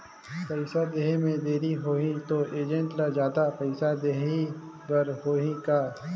पइसा देहे मे देरी होही तो एजेंट ला जादा पइसा देही बर होही का?